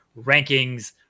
rankings